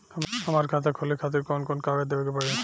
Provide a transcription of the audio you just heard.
हमार खाता खोले खातिर कौन कौन कागज देवे के पड़ी?